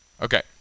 Okay